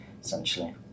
essentially